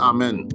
Amen